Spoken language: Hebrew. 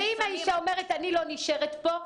אם שמים --- ואם האישה אומרת אני לא נשארת פה?